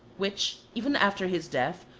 which, even after his death,